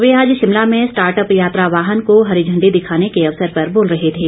वे आज शिमला में स्टार्टअप यात्रा वाहने को हरी झंडी दिखाने के अवसर पर बोल रहे थे